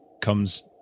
comes